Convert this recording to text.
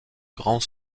grand